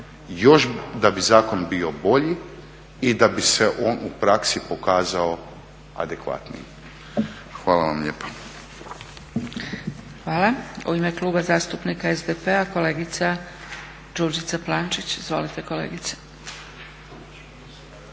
da bi zakon bio bolji i da bi se on u praksi pokazao adekvatnim. Hvala vam lijepa. **Zgrebec, Dragica (SDP)** Hvala. U ime Kluba zastupnika SDP-a kolegica Đurđica Plančić. Izvolite kolegice.